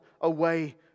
away